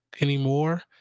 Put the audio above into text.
anymore